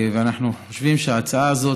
אנחנו חושבים שההצעה הזו